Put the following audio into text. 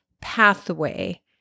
pathway